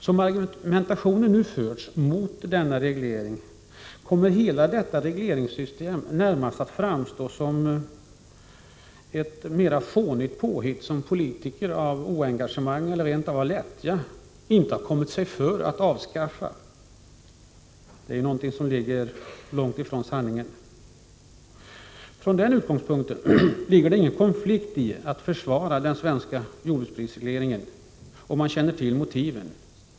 Som argumentationen nu förts mot denna reglering kommer hela regleringssystemet närmast att framstå som ett fånigt påhitt som politiker av oengagemang eller rent av lättja inte kommit sig för med att avskaffa— något som ligger långt ifrån sanningen. Men det ligger ingen konflikt i att försvara den svenska jordbruksprisregleringen om man känner till motiven.